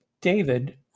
David